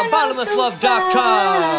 Bottomlesslove.com